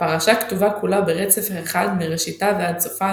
הפרשה כתובה כולה ברצף אחד מראשיתה ועד סופה,